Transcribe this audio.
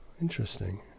Interesting